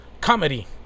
Comedy